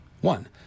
One